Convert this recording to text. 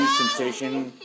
sensation